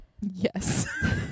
Yes